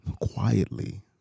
quietly